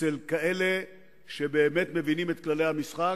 אצל כאלה שבאמת מבינים את כללי המשחק.